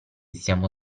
siamo